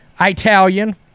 Italian